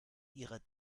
ihrer